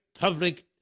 public